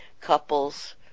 couples